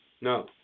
No